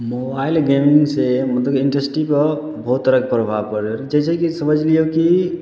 mobile game से मतलब इंडस्ट्रीके बहुत तरहके प्रभाब पड़लै जैसे कि समझ लिअ कि